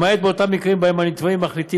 למעט באותם מקרים שבהם הנתבעים מחליטים